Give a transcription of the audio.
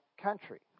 country